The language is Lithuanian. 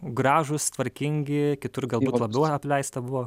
gražūs tvarkingi kitur gal labiau apleista buvo